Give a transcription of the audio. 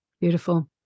Beautiful